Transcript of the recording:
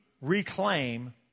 reclaim